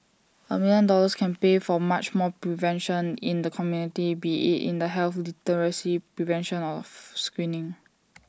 A million dollars can pay for much more prevention in the community be IT in the health literacy prevention or screening